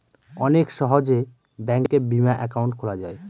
অনেক সহজে ব্যাঙ্কে বিমা একাউন্ট খোলা যায়